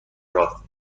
راست